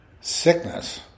sickness